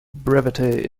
brevity